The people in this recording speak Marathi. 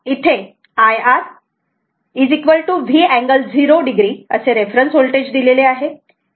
तर आता हे साधे पॅरलल RLC सर्किट आहे हा होल्टेज सोर्स V दिलेला आहे आणि हे R L व C पॅरलल मध्ये जोडलेले आहेत